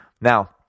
Now